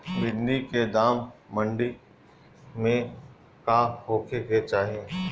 भिन्डी के दाम मंडी मे का होखे के चाही?